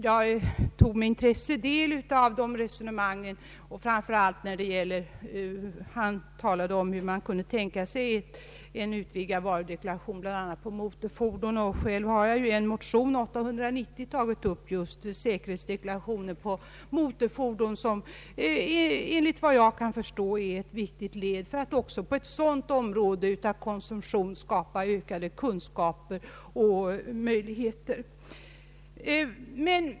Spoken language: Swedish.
Jag tog med intresse del av hans resonemang, framför allt när han talade om utformningen av en utvidgad varudeklaration, bl.a. när det gäller motorfordon. Själv har jag i en motion, nr 890, tagit upp just frågan om säkerhetsdeklarationer beträffande motorfordon, som efter vad jag kan förstå är ett viktigt led för att också på ett sådant område av konsumtion skapa ökade kunskaper.